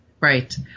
Right